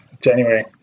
January